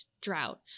drought